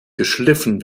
geschliffen